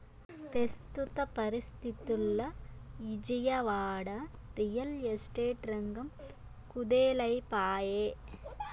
పెస్తుత పరిస్తితుల్ల Vijayawada, real estate రంగం కుదేలై పాయె